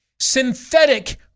Synthetic